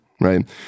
right